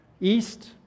east